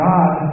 God